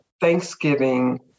Thanksgiving